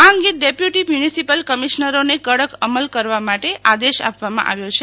આ અંગે deputy municipal કમિશનરોને કડક અમલ કરવા માટે આદેશ આપવામાં આવ્યો છે